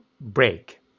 break